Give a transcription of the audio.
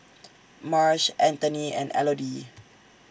Marsh Antony and Elodie